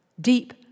Deep